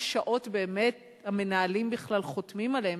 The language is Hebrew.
שעות באמת המנהלים בכלל חותמים עליהן,